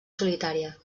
solitària